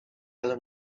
ale